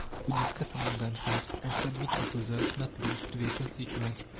who discuss among themselves, and submit proposals, not laws, to their constituents.